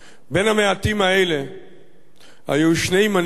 בין המעטים האלה היו שני מנהיגים: